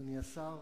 אדוני השר,